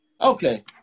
Okay